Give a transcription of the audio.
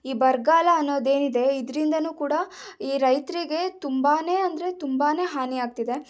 ಈ ಬರಗಾಲ ಅನ್ನೋದೇನಿದೆ ಇದರಿಂದಾನೂ ಕೂಡ ಈ ರೈತರಿಗೆ ತುಂಬ ಅಂದರೆ ತುಂಬ ಹಾನಿ ಆಗ್ತಿದೆ